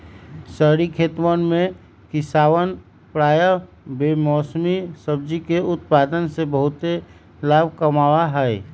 शहरी खेतवन में किसवन प्रायः बेमौसमी सब्जियन के उत्पादन से बहुत लाभ कमावा हई